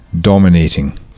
dominating